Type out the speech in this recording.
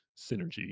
synergy